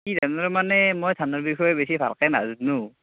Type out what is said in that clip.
কি ধানৰ মানে মই ধানৰ বিষয়ে বেছি ভালকৈ নাজনোঁ